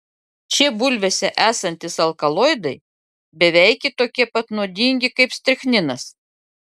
šie bulvėse esantys alkaloidai beveiki tokie pat nuodingi kaip strichninas